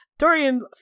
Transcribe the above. Dorian